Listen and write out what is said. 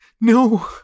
No